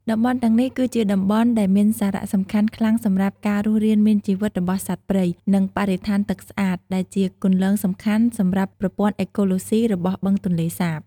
តំបន់ទាំងនេះគឺជាតំបន់ដែលមានសារសំខាន់ខ្លាំងសម្រាប់ការរស់រានមានជីវិតរបស់សត្វព្រៃ និងបរិស្ថានទឹកស្អាត ដែលជាគន្លងសំខាន់សម្រាប់ប្រព័ន្ធអេកូឡូស៊ីរបស់បឹងទន្លេសាប។